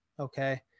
Okay